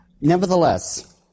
Nevertheless